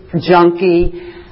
junkie